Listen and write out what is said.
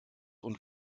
und